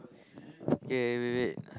okay wait wait